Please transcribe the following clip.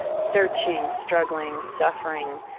searching, struggling, suffering,